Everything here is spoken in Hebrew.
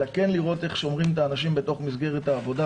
אלא כן לראות איך שומרים את האנשים בתוך מסגרת העבודה,